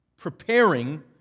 preparing